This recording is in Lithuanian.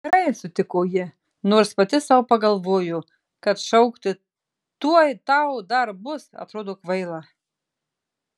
gerai sutiko ji nors pati sau pagalvojo kad šaukti tuoj tau dar bus atrodo kvaila